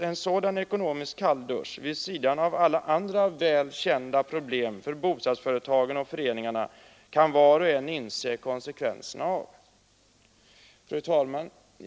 en sådan ekonomisk kalldusch vid sidan av alla andra väl kända problem för bostadsföretagen och föreningarna kan var och en inse konsekvenserna av. Fru talman!